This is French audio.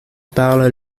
parle